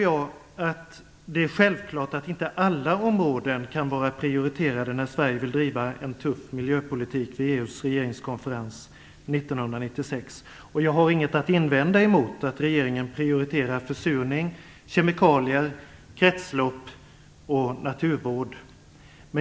Jag tycker självklart att alla områden inte kan vara prioriterade när Sverige vill driva en tuff miljöpolitik vid EU:s regeringskonferens 1996. Jag har inget att invända mot att regeringen prioriterar försurning, kemikalier, kretslopp och naturvård.